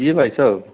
जी भाई साहब